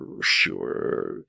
sure